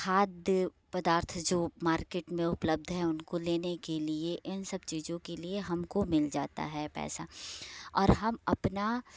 खाद पदार्थ जो मार्केट में उपलब्ध हैं उनको लेने के लिए इन सब चीज़ों के लिए हमको मिल जाता है पैसा और हम अपना